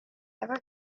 ever